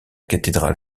cathédrale